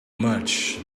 much